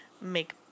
make